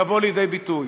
תבוא לידי ביטוי.